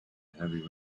heavy